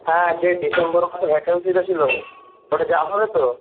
হ্যাঁ যে ডিসেম্বর ওখানে ভ্যাকেন্সিটা ছিল ওটা যাওয়া হবে তো